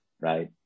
right